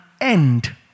end